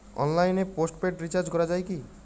অনলাইনে postpaid recharge করা যায় কি?